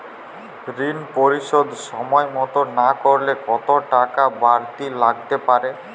ঋন পরিশোধ সময় মতো না করলে কতো টাকা বারতি লাগতে পারে?